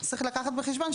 צריך לקחת בחשבון,